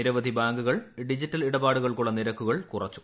നിരവധി ബാങ്കുക്കൾ ഡിജിറ്റൽ ഇടപാടുകൾക്കുള്ള നിരക്കുകൾ കുറച്ചു